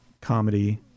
Comedy